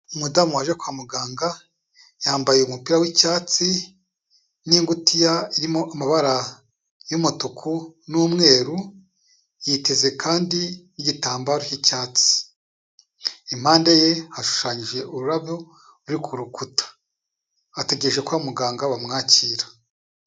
Umudamu waje kwa muganga, yambaye umupira w'icyatsi n'ingutiya irimo amabara y'umutuku n'umweru, yiteze kandi igitambaro cy'icyatsi, impande ye hashushanyije ururabo ruri ku rukuta, ategereje ko muganga amwakira.